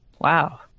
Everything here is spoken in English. Wow